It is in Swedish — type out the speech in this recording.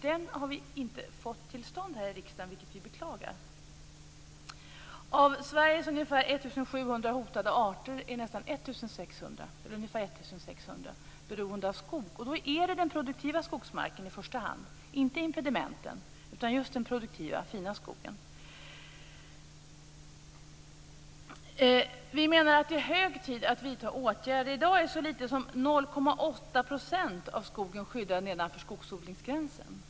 Vi har inte fått till stånd den debatten här i riksdagen, vilket vi beklagar. Av Sveriges nästan 1 700 hotade arter är ungefär 1 600 beroende av skog. Det är då i första hand fråga om den produktiva skogsmarken, inte impedimenten, utan just den produktiva fina skogen. Vi menar att det är hög tid att vidta åtgärder. I dag är så litet som 0,8 % av skogen nedanför skogsodlingsgränsen skyddad.